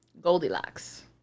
Goldilocks